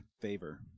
favor